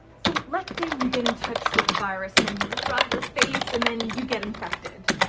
so let's say you get in touch with the virus and then you rub your face and then you get infected.